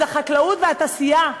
אז החקלאות והתעשייה,